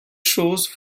shows